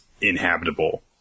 inhabitable